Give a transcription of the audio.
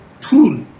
tool